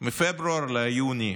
מפברואר ליוני.